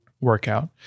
workout